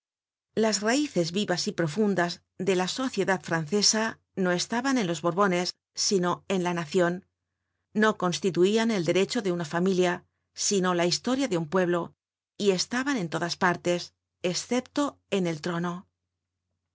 las raices vivas y profundas de la sociedad francesa no estaban en los borbones sino en la nacion no constituian el derecho de una familia sino la historia de un pueblo y estaban en todas partes escepto en el trono la